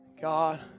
God